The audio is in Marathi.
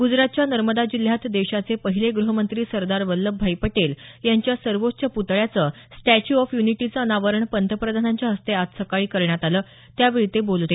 ग्जरातच्या नर्मदा जिल्ह्यात देशाचे पहिले गृहमंत्री सरदार वल्लभभाई पटेल यांच्या सर्वोच्च प्तळ्याचं स्टॅच्यू ऑफ यूनिटीचं अनावरण पंतप्रधानांच्या हस्ते आज सकाळी करण्यात आलं त्यावेळी ते बोलत होते